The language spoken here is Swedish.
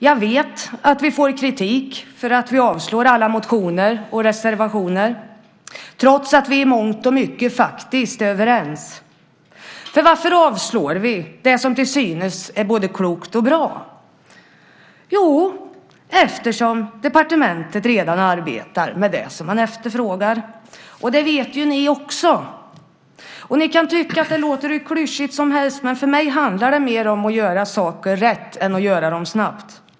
Jag vet att vi får kritik för att vi avstyrker alla motioner och reservationer, trots att vi i mångt och mycket faktiskt är överens. Varför avstyrker vi det som till synes är både klokt och bra? Jo, eftersom departementet redan arbetar med det som man efterfrågar, och det vet ju ni också. Ni kan tycka att det låter hur klyschigt som helst, men för mig handlar det mer om att göra saker rätt än att göra dem snabbt.